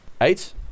Eight